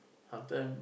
sometimes